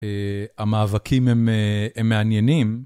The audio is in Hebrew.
המאבקים הם מעניינים.